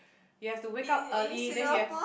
you have to wake up early then you have